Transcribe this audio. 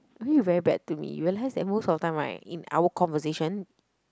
you really very bad to me you realize that most of the time right in our conversation